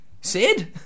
Sid